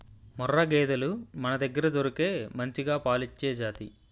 ముర్రా గేదెలు మనదగ్గర దొరికే మంచిగా పాలిచ్చే జాతి